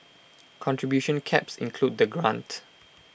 contribution caps include the grant